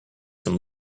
some